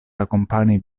akompani